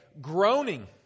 groaning